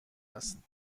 است